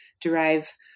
derive